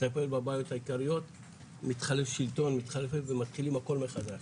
לטפל בבעיות העיקריות - מתחלף שלטון ומתחילים הכל מחדש.